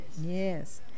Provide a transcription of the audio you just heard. Yes